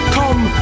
come